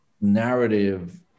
narrative